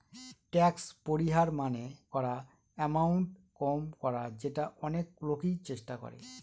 tax পরিহার মানে করা এমাউন্ট কম করা যেটা অনেক লোকই চেষ্টা করে